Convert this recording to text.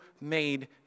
made